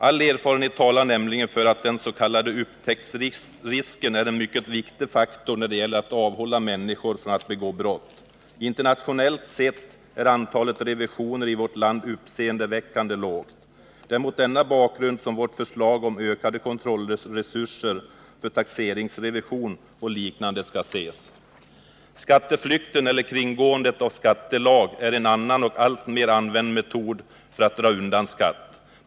All erfarenhet talar nämligen för att den s.k. upptäcktsrisken är en mycket viktig faktor när det gäller att avhålla människor från att begå brott. Internationellt sett är antalet revisioner i vårt land uppseendeväckande lågt. Det är mot denna bakgrund som vårt förslag om ökade kontrollresurser för taxeringsrevision och liknande skall ses. Skatteflykten eller kringgåendet av skattelag är en annan och alltmer använd metod för att dra undan skatt.